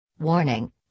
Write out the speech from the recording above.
Warning